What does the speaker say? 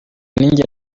nijye